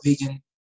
vegan